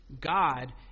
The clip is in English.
God